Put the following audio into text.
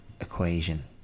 equation